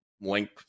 link